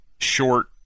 short